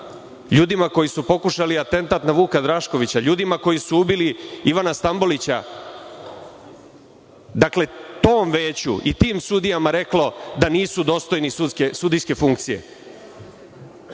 ljudima koji su pokušali atentat na Vuka Draškovića, ljudima koji su ubili Ivana Stambolića, dakle tom veću i tim sudijama reklo da nisu dostojni sudijske funkcije?